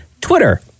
Twitter